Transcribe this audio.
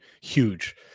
huge